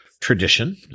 tradition